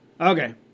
Okay